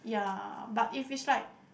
ya but if it's like